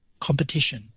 competition